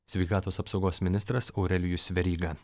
sveikatos apsaugos ministras aurelijus veryga